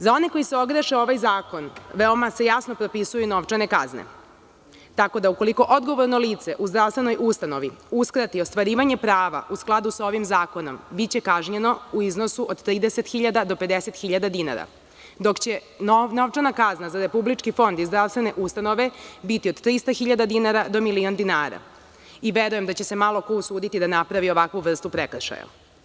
Za one koji se ogreše o ovaj zakon veoma se jasno propisuje novčane kazne, tako da ukoliko odgovorno lice u zdravstvenoj ustanovi uskrati ostvarivanje prava u skladu sa ovim zakonom biće kažnjeno u iznosu od 30.000 do 50.000 dinara, dok će novčana kazna za Republički fond i zdravstvene ustanove biti od 300.000 dinara do milion dinara i verujem da će se malo ko usuditi da napravi ovakvu vrstu prekršaja.